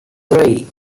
three